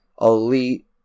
elite